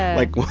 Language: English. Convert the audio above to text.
like,